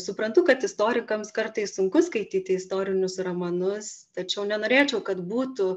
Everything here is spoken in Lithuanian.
suprantu kad istorikams kartais sunku skaityti istorinius romanus tačiau nenorėčiau kad būtų